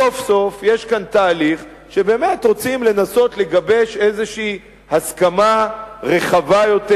סוף-סוף יש כאן תהליך שבאמת רוצים לנסות לגבש איזו הסכמה רחבה יותר,